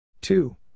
two